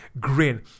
grin